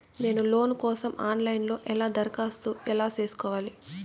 నేను లోను కోసం online లో ఎలా దరఖాస్తు ఎలా సేసుకోవాలి?